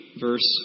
verse